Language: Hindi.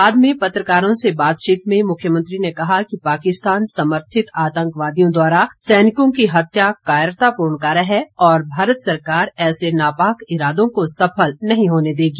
बाद में पत्रकारों से बातचीत में मुख्यमंत्री ने कहा कि पाकिस्तान समर्थित आतंकवादियों द्वारा सैनिकों की हत्या कायरतापूर्ण कार्य है और भारत सरकार ऐसे नापाक इरादों को सफल नहीं हो देगी